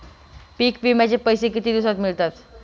पीक विम्याचे पैसे किती दिवसात मिळतात?